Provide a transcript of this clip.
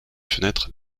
fenêtres